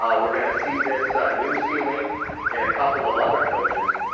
um we're gonna see this new ceiling in a couple of other coaches,